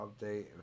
update